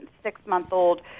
six-month-old